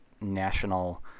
National